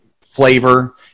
flavor